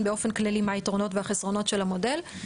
באופן כללי מה היתרונות והחסרונות של המודל.